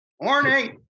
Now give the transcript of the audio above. Morning